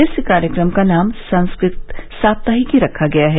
इस कार्यक्रम का नाम संस्कृत साप्ताहिकी रखा गया है